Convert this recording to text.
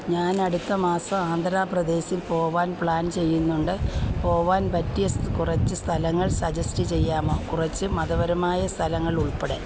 ഞാനടുത്ത മാസം ആന്ധ്രാ പ്രദേശിൽ പോവാൻ പ്ലാൻ ചെയ്യുന്നുണ്ട് പോവാൻ പറ്റിയ കുറച്ച് സ്ഥലങ്ങൾ സജസ്റ്റ് ചെയ്യാമോ കുറച്ച് മതപരമായ സ്ഥലങ്ങളുൾപ്പെടെ